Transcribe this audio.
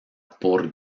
por